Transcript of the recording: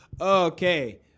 okay